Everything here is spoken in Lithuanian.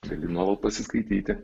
taigi nuolat pasiskaityti